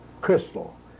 crystal